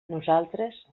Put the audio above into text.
nosaltres